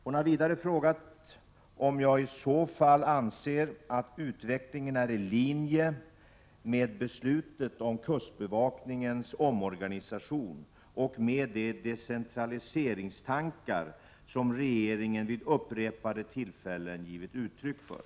Hon har vidare frågat om jag i så fall anser att utvecklingen är i linje med beslutet om kustbevakningens omorganisation och med de decentraliseringstankar som regeringen vid upprepade tillfällen Prot. 1987/88:67 givit uttryck för.